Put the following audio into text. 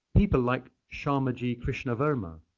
people like shyamaji krishnavarma,